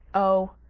oh,